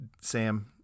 Sam